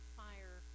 fire